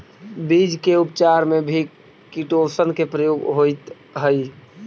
बीज के उपचार में भी किटोशन के प्रयोग होइत हई